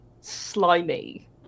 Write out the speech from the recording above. slimy